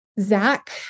Zach